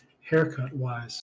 haircut-wise